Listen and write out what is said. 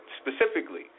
specifically